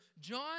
John